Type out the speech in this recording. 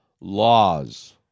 laws